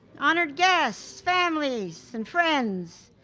honored guests, families and friends,